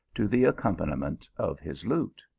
to the accompaniment of his lute.